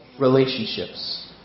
relationships